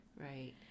Right